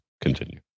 Continue